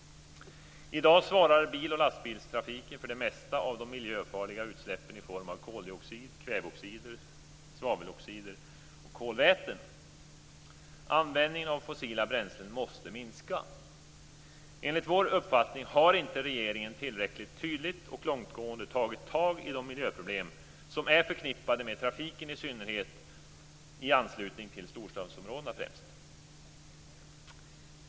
I dag svarar bil och lastbilstrafiken för det mesta av de miljöfarliga utsläppen i form av koldioxid, kväveoxider, svaveloxider och kolväten. Användningen av fossila bränslen måste minska. Enligt vår uppfattning har inte regeringen tillräckligt tydligt och långtgående tagit tag i de miljöproblem som är förknippade med trafiken, i synnerhet i anslutning till storstadsområdena.